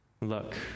look